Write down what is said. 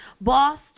boss